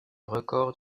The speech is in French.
record